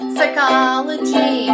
Psychology